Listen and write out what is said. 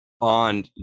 on